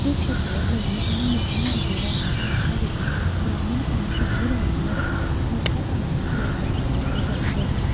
हे क्षेत्र लघु आणि मध्यम उद्योगांना चालना देऊन ग्रामीण आणि शहरी भागांमध्ये मोठ्या प्रमाणात रोजगार उपलब्ध करून देते